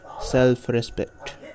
self-respect